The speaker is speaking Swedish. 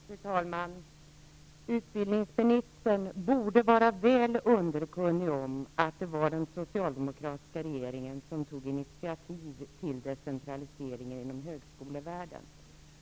Fru talman! Utbildningsministern borde vara väl underkunnig om att det var den socialdemokratiska regeringen som tog initiativ till decentraliseringen inom högskolevärlden.